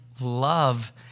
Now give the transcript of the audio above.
love